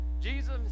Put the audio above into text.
Jesus